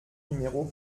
numéro